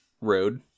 road